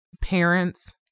parents